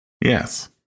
Yes